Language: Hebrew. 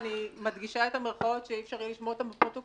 ואני מדגישה את המירכאות שאי אפשר יהיה לשמוע אותן בפרוטוקול,